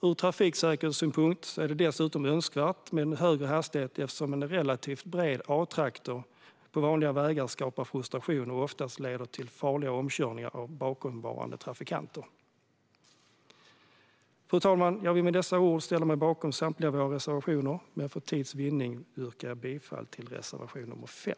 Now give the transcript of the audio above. Ur trafiksäkerhetssynpunkt är det dessutom önskvärt med en högre hastighet eftersom en relativt bred A-traktor på vanliga vägar skapar frustration och oftast leder till farliga omkörningar av bakomvarande trafikanter. Fru talman! Jag vill med dessa ord ställa mig bakom samtliga våra reservationer, men för tids vinnande yrkar jag bifall bara till reservation nr 5.